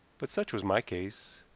but such was my case,